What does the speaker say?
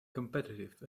competitive